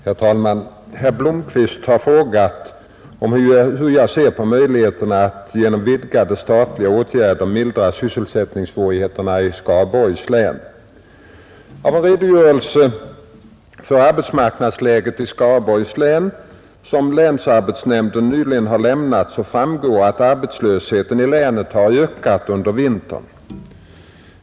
Herr talman! Herr Blomkvist har frågat hur jag ser på möjligheterna att genom vidgade statliga åtgärder mildra sysselsättningssvårigheterna i Skaraborgs län, Av en redogörelse för arbetsmarknadsläget i Skaraborgs län som länsarbetsnämnden nyligen har lämnat framgår att arbetslösheten i länet har ökat under vintern.